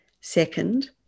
second